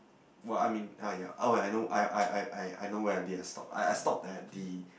well I mean ah ya oh I know I I I I I know where I did I stop I stopped at the